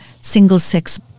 single-sex